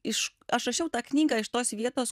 iš aš rašiau tą knygą iš tos vietos